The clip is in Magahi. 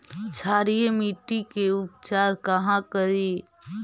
क्षारीय मिट्टी के उपचार कहा करी?